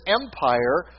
empire